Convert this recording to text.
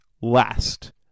last